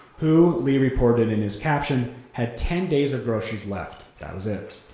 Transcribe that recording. who, lee reported in his caption, had ten days of groceries left. that was it.